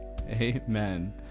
Amen